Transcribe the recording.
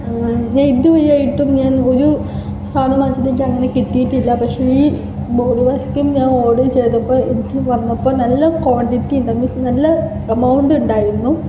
ഞാന് ഇതുവരെയായിട്ടും ഞാന് ഒരു സാവകാശം എനിക്കങ്ങനെ കിട്ടിയിട്ടില്ല പക്ഷേ ഈ ബോഡി വാഷ് കീം ഞാന് ഓര്ഡര് ചെയ്തപ്പോൾ എനിക്ക് വന്നപ്പോൾ നല്ല ക്വാണ്ടിറ്റി ഉണ്ടായിരുന്നു നല്ല അമൌണ്ട് ഉണ്ടായിരുന്നു